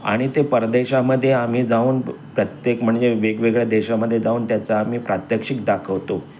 आणि ते परदेशामध्ये आम्ही जाऊन प्रत्येक म्हणजे वेगवेगळ्या देशामध्ये जाऊन त्याचा आम्ही प्रात्यक्षिक दाखवतो